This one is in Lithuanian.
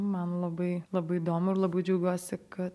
man labai labai įdomu ir labai džiaugiuosi kad